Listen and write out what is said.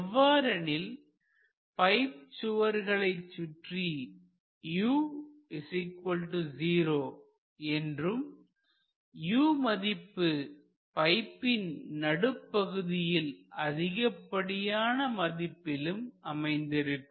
எவ்வாறெனில் பைப் சுவர்களை சுற்றி u0 என்றும் u மதிப்பு பைப்பின் நடுப்பகுதியில் அதிகப்படியான மதிப்பிலும் அமைந்திருக்கும்